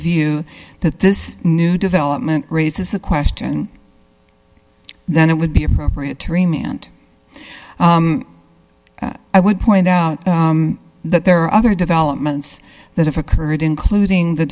view that this new development raises the question then it would be appropriate to re mant i would point out that there are other developments that have occurred including the